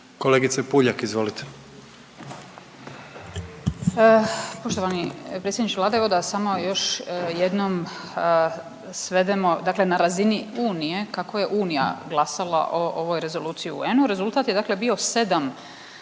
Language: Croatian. Marijana (Centar)** Poštovani predsjedniče Vlade, evo da samo još jednom svedemo dakle na razini Unije kako je Unija glasala o ovoj Rezoluciji u UN-u, rezultat je bio 7